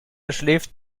schläft